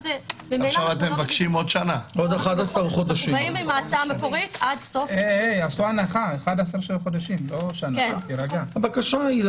אנחנו מביאים את ההצעה המקורית עד סוף 2022. אנחנו